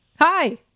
Hi